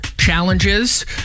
challenges